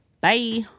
Bye